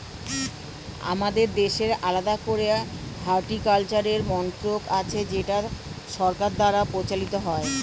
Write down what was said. আমাদের দেশে আলাদা করে হর্টিকালচারের মন্ত্রক আছে যেটা সরকার দ্বারা পরিচালিত হয়